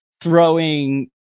throwing